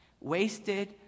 Wasted